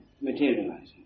materializing